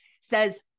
says